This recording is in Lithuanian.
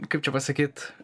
kaip čia pasakyt